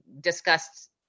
discussed